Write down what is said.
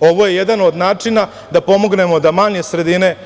Ovo je jedan od načina da pomognemo da manje sredine